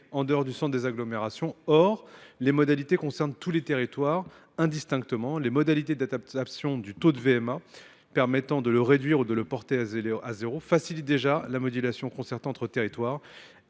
en dehors du centre des agglomérations. Or les mobilités sont un sujet pour tous les territoires, indistinctement. Les modalités d’adaptation du taux de VMA, permettant de le réduire ou de le porter à zéro, facilitent déjà sa modulation concertée et garantissent